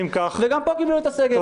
וגם פה קיבלו את הסגר.